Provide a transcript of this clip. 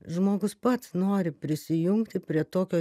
žmogus pats nori prisijungti prie tokio